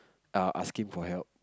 ah asking for help